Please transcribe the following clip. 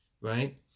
right